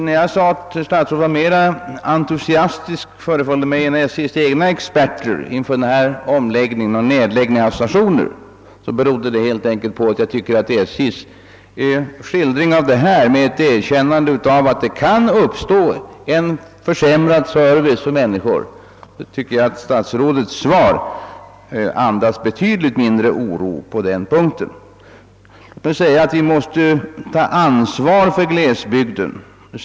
När jag sade att det föreföll mig som om statsrådet var mera entusiastisk än SJ:s egna experter inför denna omläggning och nedläggning av stationer, berodde det helt enkelt på att efter SJ:s erkännande av att det kan uppstå en försämrad service för människor, tycker jag, att statsrådets svar andas betydligt mindre oro på den punkten. Statsrådet säger att vi måste ta ansvar för glesbygden.